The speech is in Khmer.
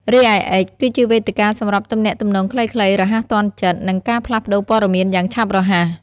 រីឯ អិច គឺជាវេទិកាសម្រាប់ទំនាក់ទំនងខ្លីៗ រហ័សទាន់ចិត្ត និងការផ្លាស់ប្ដូរព័ត៌មានយ៉ាងឆាប់រហ័ស។